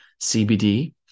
CBD